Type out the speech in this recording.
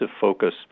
focus